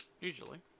Usually